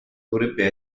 dovrebbe